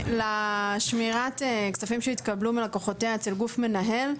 לשמירת כספים שהתקבלו מלקוחותיה אצל גוף מנהל,